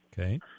Okay